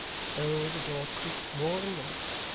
but though the door creaked more than once,